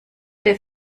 der